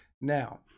Now